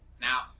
Now